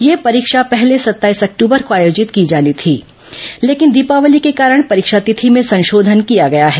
यह परीक्षा पहले सत्ताईस अक्टूबर को आयोजित की जानी थी लेकिन दीपावली पर्व के कारण परीक्षा तिथि में संशोधन किया गया है